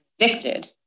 convicted